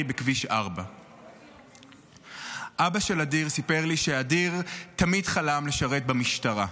בכביש 4. אבא של אדיר סיפר לי שאדיר תמיד חלם לשרת במשטרה,